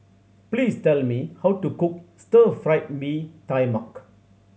please tell me how to cook Stir Fried Mee Tai Mak